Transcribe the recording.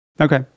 Okay